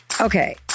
Okay